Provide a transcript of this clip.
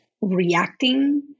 reacting